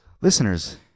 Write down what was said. Listeners